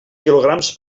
quilograms